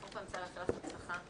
אז קודם כל אני רוצה לאחל לך הצלחה רבה.